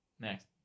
Next